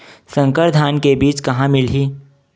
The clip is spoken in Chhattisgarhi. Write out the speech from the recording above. संकर धान के बीज कहां मिलही?